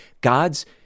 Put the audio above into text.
God's